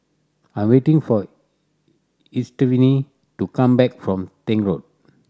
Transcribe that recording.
I am waiting for Estefani to come back from Tank Road